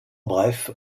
bref